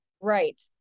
Right